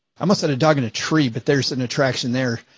i must set a dog in a tree, but there's an attraction there.